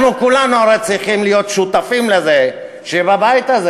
אנחנו כולנו הרי צריכים להיות שותפים לזה שבבית הזה